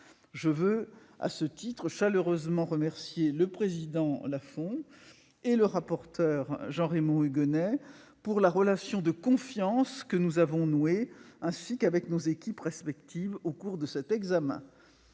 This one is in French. Je veux, à ce titre, chaleureusement remercier le président Laurent Lafon et le rapporteur Jean-Raymond Hugonet de la relation de confiance que nous avons nouée, ainsi qu'avec nos équipes respectives, au cours de cet examen.